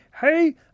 hey